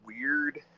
weird